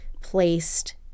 placed